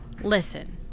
Listen